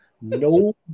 no